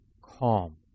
calm